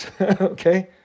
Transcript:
okay